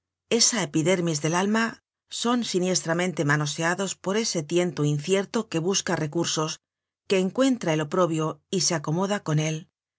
esa epidermis del alma son siniestramente manoseados por ese tiento incierto que busca recursos que encuentra el oprobio y se acomoda con él